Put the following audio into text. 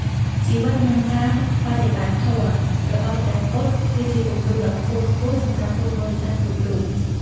ជីវិត និងការបដិបត្តិធម៌របស់ព្រះពុទ្ធ គឺជាគំរូដ៏ខ្ពង់ខ្ពស់សម្រាប់ពុទ្ធបរិស័ទគ្រប់រូប។